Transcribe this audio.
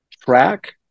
track